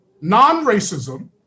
non-racism